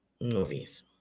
Movies